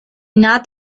naht